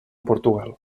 portugal